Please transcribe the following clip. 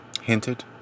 Hinted